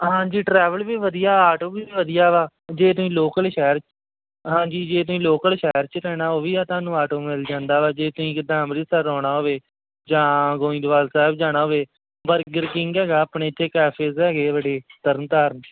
ਹਾਂਜੀ ਟਰੈਵਲ ਵੀ ਵਧੀਆ ਆਟੋ ਵੀ ਵਧੀਆ ਵਾ ਜੇ ਤੁਸੀਂ ਲੋਕਲ ਸ਼ਹਿਰ ਹਾਂਜੀ ਜੇ ਤੁਸੀਂ ਲੋਕਲ ਸ਼ਹਿਰ 'ਚ ਜਾਣਾ ਉਹ ਵੀ ਆ ਤੁਹਾਨੂੰ ਆਟੋ ਮਿਲ ਜਾਂਦਾ ਵਾ ਜੇ ਤੁਸੀਂ ਜਿੱਦਾਂ ਅੰਮ੍ਰਿਤਸਰ ਆਉਣਾ ਹੋਵੇ ਜਾਂ ਗੋਇੰਦਵਾਲ ਸਾਹਿਬ ਜਾਣਾ ਹੋਵੇ ਬਰਗਰ ਕਿੰਗ ਹੈਗਾ ਆਪਣੇ ਇੱਥੇ ਕੈਫੇਜ਼ ਹੈਗੇ ਬੜੇ ਤਰਨਤਾਰਨ